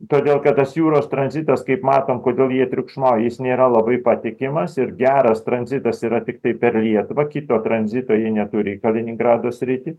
todėl kad tas jūros tranzitas kaip matom kodėl jie triukšmauja jis nėra labai patikimas ir geras tranzitas yra tiktai per lietuvą kito tranzito jie neturi į kaliningrado sritį